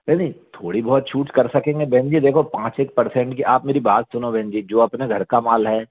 कोई नही थोड़ी बहुत छूट कर सकेंगे बहन जी देखो पाँच एक परसेंट का आप मेरी बात सुनो बहन जी जो अपने घर का माल है